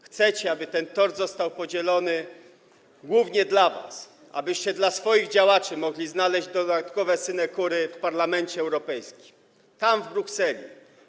Chcecie, aby ten tort został podzielony głównie między was, abyście dla swoich działaczy mogli znaleźć dodatkowe synekury w Parlamencie Europejskim, w Brukseli.